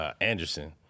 Anderson